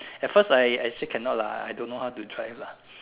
at first I I say cannot lah I don't know how to drive lah